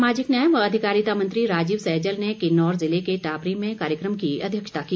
सामाजिक न्याय व अधिकारिता मंत्री राजीव सैजल ने किन्नौर जिले के टापरी में कार्यक्रम की अध्यक्षता की